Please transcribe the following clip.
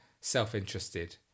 self-interested